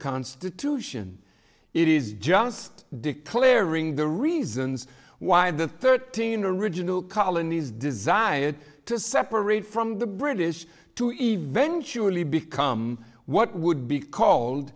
constitution it is just declaring the reasons why the thirteen original colonies desired to separate from the british to eventually become what would be called